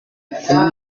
kunywa